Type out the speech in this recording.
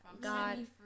God